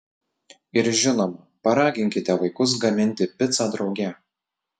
ir žinoma paraginkite vaikus gaminti picą drauge